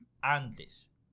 antes